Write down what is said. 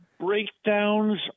breakdowns